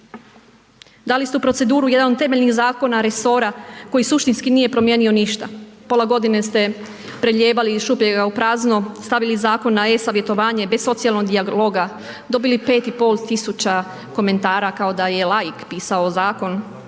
Dali ste u proceduru jedan od temeljnih resora koji suštinski nije promijenio ništa. Pola godine ste prelijevali iz šupljega u prazno, stavili zakon na e-savjetovanje bez socijalnog dijalog, dobili 5,5 komentara kao da je laik pisao zakon,